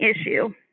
issue